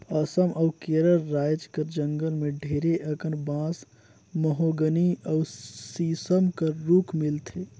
असम अउ केरल राएज कर जंगल में ढेरे अकन बांस, महोगनी अउ सीसम कर रूख मिलथे